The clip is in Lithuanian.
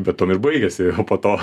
bet tuom ir baigėsi o po to